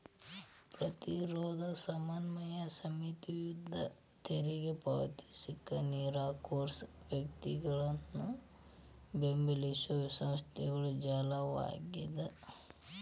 ಪ್ರತಿರೋಧ ಸಮನ್ವಯ ಸಮಿತಿ ಯುದ್ಧ ತೆರಿಗೆ ಪಾವತಿಸಕ ನಿರಾಕರ್ಸೋ ವ್ಯಕ್ತಿಗಳನ್ನ ಬೆಂಬಲಿಸೊ ಸಂಸ್ಥೆಗಳ ಜಾಲವಾಗ್ಯದ